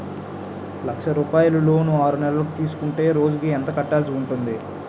లక్ష రూపాయలు లోన్ ఆరునెలల కు తీసుకుంటే రోజుకి ఎంత కట్టాల్సి ఉంటాది?